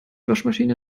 waschmaschine